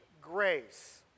grace